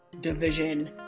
division